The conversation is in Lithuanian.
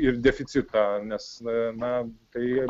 ir deficitą nes na na tai